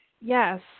Yes